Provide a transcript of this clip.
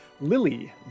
lily